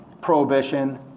Prohibition